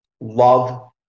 love